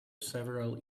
several